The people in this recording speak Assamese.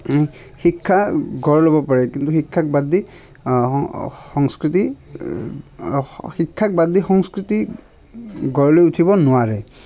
শিক্ষা গঢ় ল'ব পাৰে কিন্তু শিক্ষাক বাদ দি সং সংস্কৃতি শিক্ষাক বাদ দি সংস্কৃতি গঢ় লৈ উঠিব নোৱাৰে